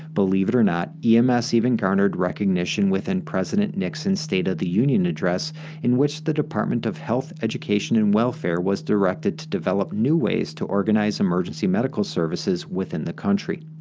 believe it or not, ems even garnered recognition within president nixon's state of the union address in which the department of health, education, and welfare was directed to develop new ways to organize emergency medical services within the country.